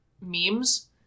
memes